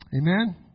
Amen